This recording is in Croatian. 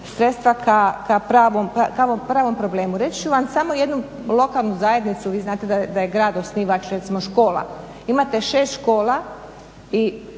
sredstva k pravom problemu. Reći ću vam samo jednu lokalnu zajednicu, vi znate da je grad osnivač recimo škola, imate 6 škola i